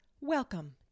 Welcome